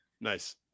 Nice